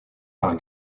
par